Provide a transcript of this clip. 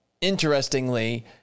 interestingly